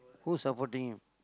who is supporting him